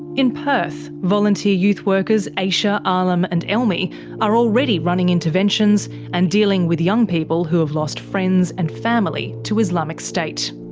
in perth, volunteer youth workers aisha, alim and elmi are already running interventions, and dealing with young people who have lost friends and family to islamic state.